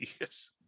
yes